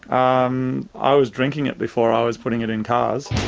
i um i was drinking it before i was putting it in cars.